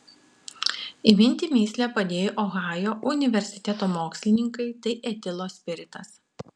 įminti mįslę padėjo ohajo universiteto mokslininkai tai etilo spiritas